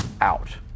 out